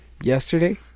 yesterday